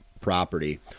property